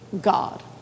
God